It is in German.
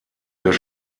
des